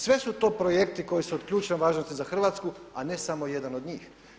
Sve su to projekti koji su od ključne važnosti za Hrvatsku, a ne samo jedan od njih.